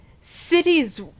Cities